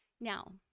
now